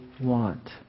want